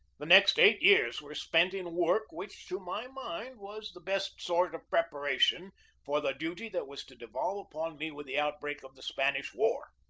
the next eight years were spent in work which, to my mind, was the best sort of preparation for the duty that was to devolve upon me with the outbreak of the spanish war.